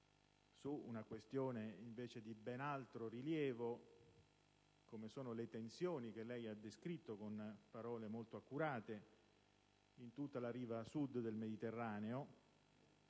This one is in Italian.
il punto su argomenti di ben altro rilievo, quali le tensioni, che lei ha descritto con parole molto accurate, in tutta la riva Sud del Mediterraneo